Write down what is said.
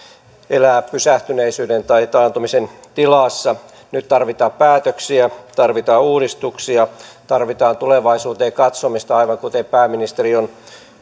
elää pysähtyneisyyden tai taantumisen tilassa nyt tarvitaan päätöksiä nyt tarvitaan uudistuksia tarvitaan tulevaisuuteen katsomista aivan kuten pääministeri on